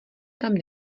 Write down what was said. tam